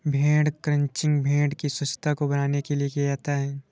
भेड़ क्रंचिंग भेड़ की स्वच्छता को बनाने के लिए किया जाता है